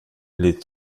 les